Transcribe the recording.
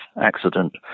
accident